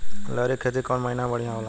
लहरी के खेती कौन महीना में बढ़िया होला?